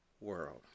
world